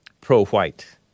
Pro-white